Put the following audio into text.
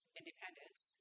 independence